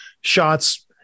shots